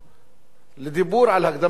לדיבור על הקדמת הבחירות